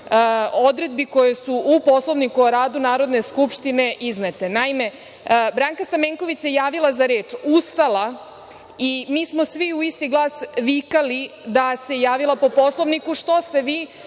odredbi koje su u Poslovniku o radu Narodne skupštine iznete. Naime, Branka Stamenković se javila za reč, ustala i mi smo svi u isti glas vikali da se javila po Poslovniku, što ste vi,